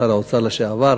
שר האוצר לשעבר,